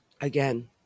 Again